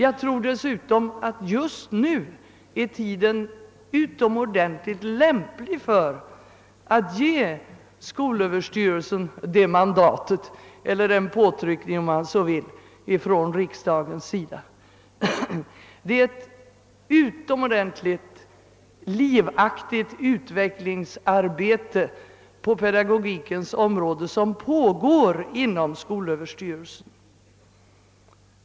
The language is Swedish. Jag tror dessutom att tiden nu är mogen för att ge skolöverstyrelsen en sådan påtryckning från riksdagen. På pedagogikens område pågår nu inom skolöverstyrelsen ett utomordentligt livaktigt mutvecklingsarbete.